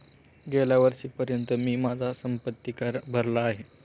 गेल्या वर्षीपर्यंत मी माझा संपत्ति कर भरला आहे